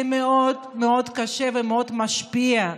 זה מאוד מאוד קשה ומאוד משפיע.